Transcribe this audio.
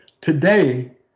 Today